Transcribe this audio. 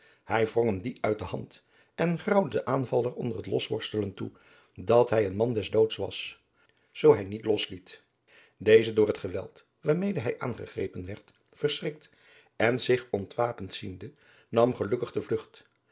wrong hem dien uit de hand en graauwde den aanvaller onder het losworstelen toe dat hij een man des doods was zoo hij niet asliet deze door het geweld waarmede hij aangegrepen werd verschrikt en zich ontwapend ziende nam gelukkig de vlugt